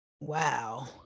Wow